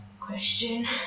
Question